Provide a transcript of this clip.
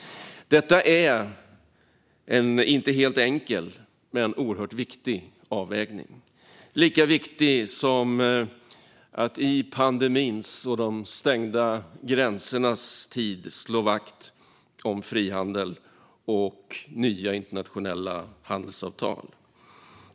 Detta är en inte helt enkel men oerhört viktig avvägning - lika viktig som att i pandemins och de stängda gränsernas tid slå vakt om frihandel och nya internationella handelsavtal.